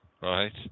Right